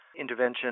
intervention